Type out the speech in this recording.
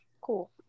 cool